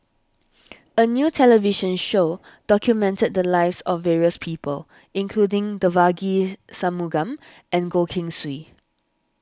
a new television show documented the lives of various people including Devagi Sanmugam and Goh Keng Swee